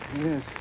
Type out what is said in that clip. Yes